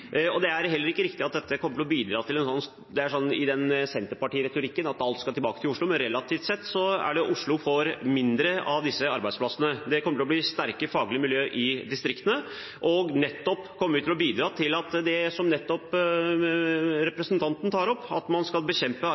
Det er heller ikke riktig, som man ofte hører i senterpartiretorikken, at alt skal tilbake til Oslo, men relativt sett får Oslo færre av disse arbeidsplassene. Det kommer til å bli sterke fagmiljøer i distriktene, og dette kommer også til å bidra i bekjempelsen av arbeidslivskriminalitet og den svarte økonomien, som representanten Gjelsvik tar opp. Gjennom nettopp disse sterkere og mer robuste kontorene, med bedre samhandling mellom kontrolletatene og politiet, så vil man